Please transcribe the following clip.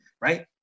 right